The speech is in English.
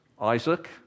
Isaac